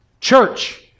church